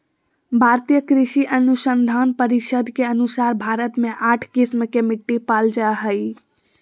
भारतीय कृषि अनुसंधान परिसद के अनुसार भारत मे आठ किस्म के मिट्टी पाल जा हइ